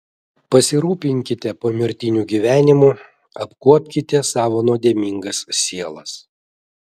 pasirūpinkite pomirtiniu gyvenimu apkuopkite savo nuodėmingas sielas